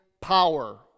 power